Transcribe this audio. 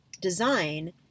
design